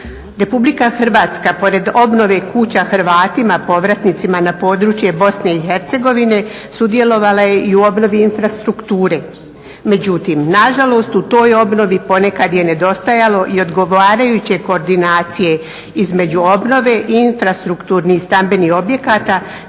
BiH. RH pored obnove kuća Hrvatima povratnicima na područje BiH sudjelovala je i u obnovi infrastrukture. Međutim nažalost u toj obnovi ponekad je nedostajalo i ogovarajuće koordinacije između obnove i infrastrukturnih stambenih objekata